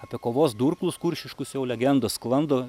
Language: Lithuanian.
apie kovos durklus kuršiškus jau legendos sklando